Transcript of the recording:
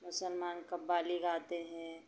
मुसलमान कव्वाली गाते हैं